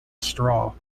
straw